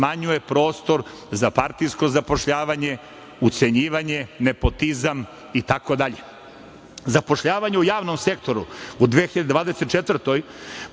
smanjuje prostor za partijsko zapošljavanje, ucenjivanje, nepotizam i tako dalje. Zapošljavanje u javnom sektoru u 2024.